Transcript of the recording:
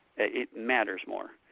it matters more.